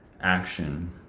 action